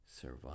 survive